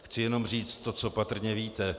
Chci jenom říct to, co patrně víte.